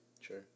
sure